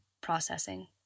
processing